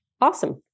awesome